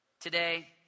today